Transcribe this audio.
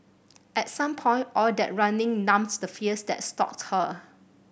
at some point all that running numbed the fears that stalked her